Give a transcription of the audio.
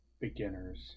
beginners